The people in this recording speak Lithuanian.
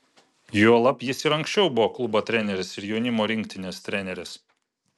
juolab jis ir anksčiau buvo klubo treneris ir jaunimo rinktinės treneris